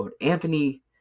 Anthony